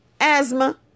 asthma